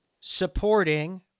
supporting